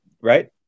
right